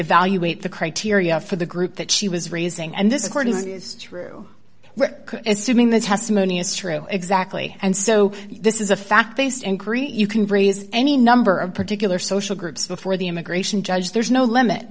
evaluate the criteria for the group that she was raising and this court is true assuming the testimony is true exactly and so this is a fact based inquiry you can raise any number of particular social groups before the immigration judge there's no limit